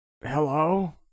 Hello